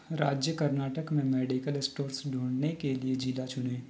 राज्य कर्नाटक में medical stores ढूँढने के लिए जिला चुनें